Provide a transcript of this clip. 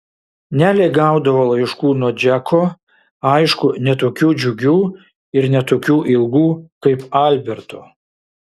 nelė gaudavo laiškų nuo džeko aišku ne tokių džiugių ir ne tokių ilgų kaip alberto